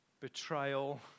betrayal